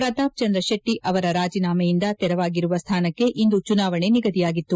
ಪ್ರತಾಪ್ಚಂದ್ರ ಶೆಟ್ಟಿ ಅವರ ರಾಜೀನಾಮೆಯಿಂದ ತೆರವಾಗಿರುವ ಸ್ಥಾನಕ್ಕೆ ಇಂದು ಚುನಾವಣೆ ನಿಗದಿಯಾಗಿತ್ತು